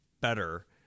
better